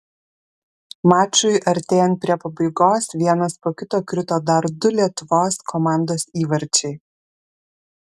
mačui artėjant prie pabaigos vienas po kito krito dar du lietuvos komandos įvarčiai